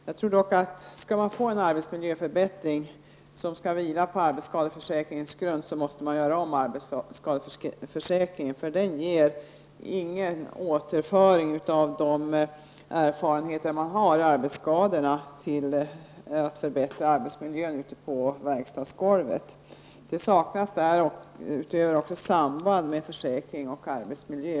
Jag tror dock att om man skall få en arbetsmiljöförbättring som skall vila på arbetsskadeförsäkringens grund, så måste man göra om arbetsskadeförsäkringen, för den ger ingen återföring av de erfarenheter man har av arbetsskadorna till förbättring av arbetsmiljön ute på verkstadsgolvet. Det saknas därutöver också samband mellan försäkring och arbetsmiljö.